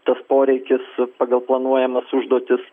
tas poreikis pagal planuojamas užduotis